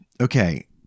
Okay